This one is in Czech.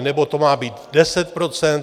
Nebo to má být 10 %?